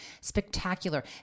spectacular